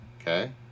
Okay